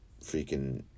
freaking